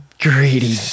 greedy